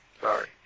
sorry